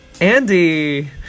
Andy